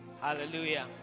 Hallelujah